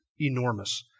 enormous